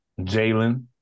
Jalen